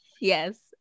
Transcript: Yes